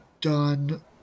done